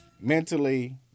mentally